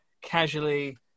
casually